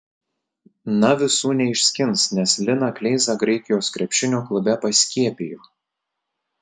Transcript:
na visų neišskins nes liną kleizą graikijos krepšinio klube paskiepijo